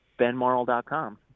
benmarl.com